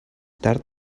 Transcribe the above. tard